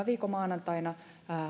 viikon maanantaina